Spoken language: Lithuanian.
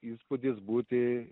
įspūdis būti